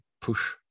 push